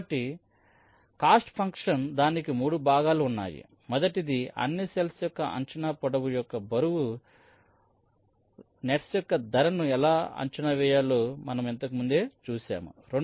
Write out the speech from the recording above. కాబట్టి ఖర్చు ఫంక్షన్ దానికి 3 భాగాలు ఉన్నాయి మొదటిది అన్ని నెట్స్ యొక్క అంచనా పొడవు యొక్క బరువు మొత్తం నెట్స్ యొక్క ధరను ఎలా అంచనా వేయాలో మేము ఇంతకు ముందే చూశాము